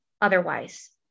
otherwise